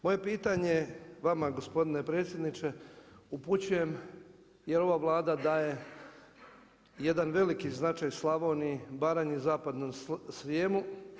Moje pitanje vama gospodine predsjedniče upućujem jer ova Vlada daje jedan veliki značaj Slavoniji, Baranji, Zapadnom Srijemu.